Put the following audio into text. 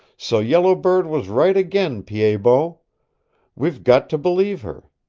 so yellow bird was right again, pied-bot. we've got to believe her.